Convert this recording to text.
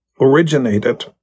originated